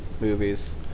movies